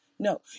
No